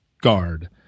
guard